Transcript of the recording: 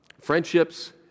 friendships